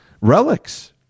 relics